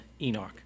Enoch